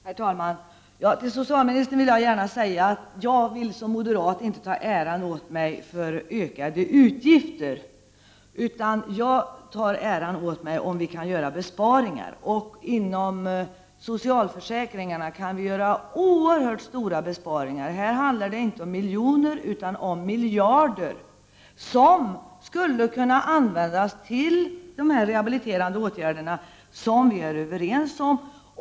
Herr talman! Till socialministern vill jag gärna säga att jag som moderat inte vill ta äran åt mig för ökade utgifter. Jag vill ta äran åt mig om vi kan åstadkomma besparingar. Inom socialförsäkringarna kan vi göra oerhört stora besparingar. Det handlar inte om miljoner utan om miljarder kronor som skulle kunna användas till de rehabiliterande åtgärder som vi är överens om.